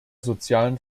sozialen